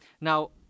now